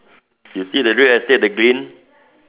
you see the real estate the green